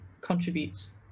contributes